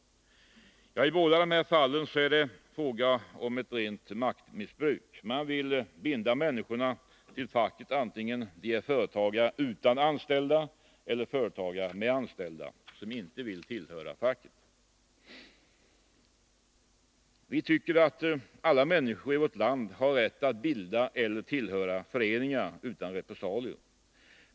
I båda de här fallen är det fråga om ett rent maktmissbruk. Man vill binda människorna till facket antingen de är företagare utan anställda eller företagare med anställda som inte vill tillhöra facket. Vi tycker att alla människor i vårt land har rätt att bilda eller tillhöra föreningar utan repressalier.